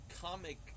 comic